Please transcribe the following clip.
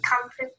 comfort